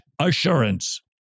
assurance